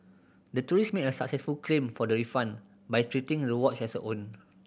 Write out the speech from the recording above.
the tourist made a successful claim for the refund by treating the watch as her own